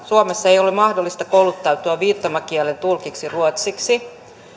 suomessa ei ole mahdollista kouluttautua viittomakielen tulkiksi ruotsiksi